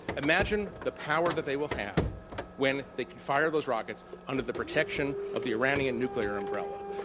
imagine the power that they will have when they can fire those rockets under the protection of the iranian nuclear umbrella.